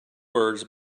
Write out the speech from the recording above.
words